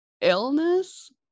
illness